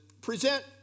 present